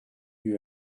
you